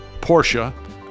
Porsche